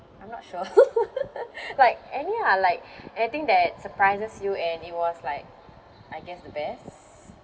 I'm not sure like any ah like anything that surprises you and it was like I guess the best